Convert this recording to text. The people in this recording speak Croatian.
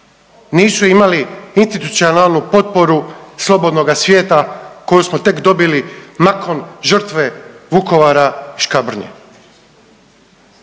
Nisu imali ni institucionalnu potporu slobodnoga svijeta koju smo tek dobili nakon žrtve Vukovara i Škabrnje.